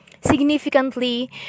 significantly